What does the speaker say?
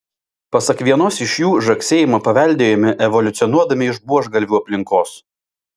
pasak vienos iš jų žagsėjimą paveldėjome evoliucionuodami iš buožgalvių aplinkos